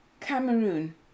Cameroon